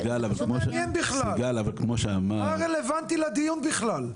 לא רלוונטי לדיון בכלל.